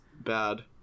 bad